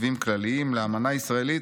מתווים כלליים לאמנה ישראלית,